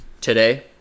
today